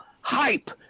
hype